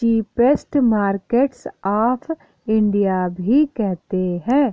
Cheapest markets of India भी कहते है?